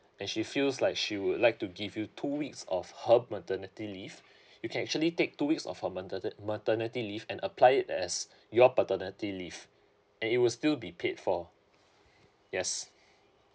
and she feels like she would like to give you two weeks of her maternity leave you can actually take two weeks of her maternity leave and apply it as your paternity leave and it will still be paid for yes